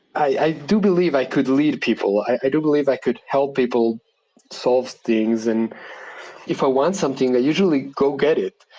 i i do believe i could lead people. i i do believe i could help people solve things. and if i ah want something, i usually go get it.